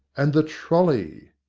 and the trolley!